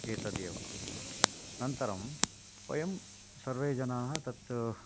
एतदेव अनन्तरं वयं सर्वे जनाः तत्